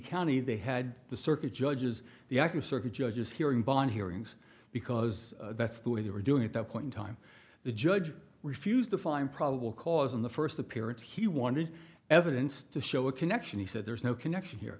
county they had the circuit judges the active circuit judges here in bonn hearings because that's the way they were doing at that point in time the judge refused to find probable cause in the first appearance he wanted evidence to show a connection he said there's no connection here